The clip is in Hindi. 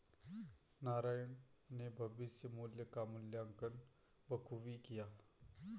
नारायण ने भविष्य मुल्य का मूल्यांकन बखूबी किया